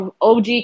OG